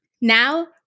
Now